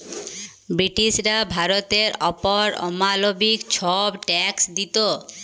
ব্রিটিশরা ভারতের অপর অমালবিক ছব ট্যাক্স দিত